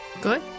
Good